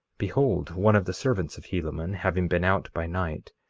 behold one of the servants of helaman, having been out by night,